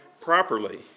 properly